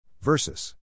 Versus